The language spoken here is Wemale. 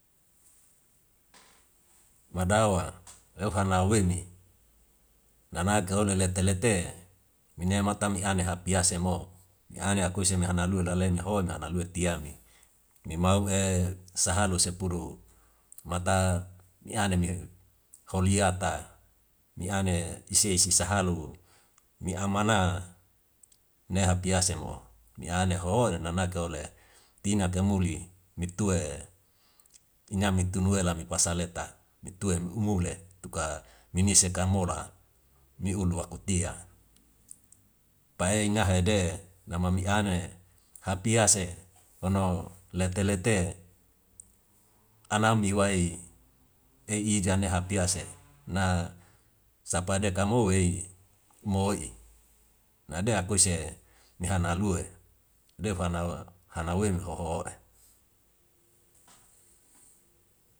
Madawa ohana welni nanake ole lete lete mine mau tam'i ane hapiase mo mi ane akuise me hanalui la lena ho nanalui tiame. Nimau sahalu sepuru mata ni ane neu holiata ni ane ise isi sahalu mi amana ne hapiase mo ni ane ho nanake ole tina kamuli ni tu nyamik tunu ela mi kuasa leta ni tue umum le tu ka mi ulu akutia. Pahe ngahede nama mi ane hapiase fano lete lete anam iwai ei ijane hapiase na sapane kame'oi mo nade akuise ni han alue defanawa hana wem hoho.